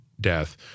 death